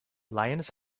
lions